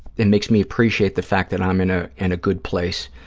it makes me appreciate the fact that i'm in a and good place